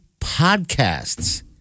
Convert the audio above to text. podcasts